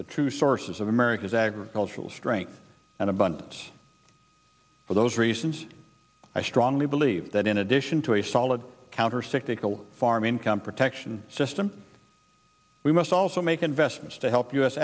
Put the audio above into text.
the true sources of america's agricultural strength and abundance for those reasons i strongly believe that in addition to a solid countercyclical farm income protection system we must also make investments to help u